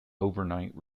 overnight